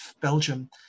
Belgium